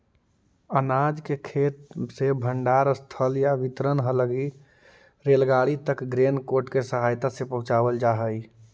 अनाज के खेत से भण्डारणस्थल या वितरण हलगी रेलगाड़ी तक ग्रेन कार्ट के सहायता से पहुँचावल जा हई